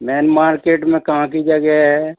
main market में कहाँ की जगह है